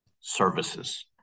services